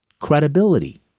credibility